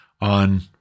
on